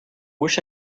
wish